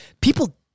People